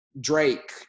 Drake